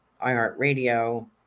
iHeartRadio